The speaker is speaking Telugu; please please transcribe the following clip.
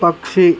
పక్షి